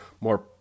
more